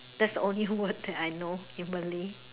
that's only word that I know in Malay